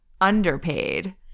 underpaid